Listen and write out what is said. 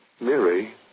Mary